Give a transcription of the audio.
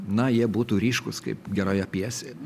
na jie būtų ryškūs kaip geroje pjesėje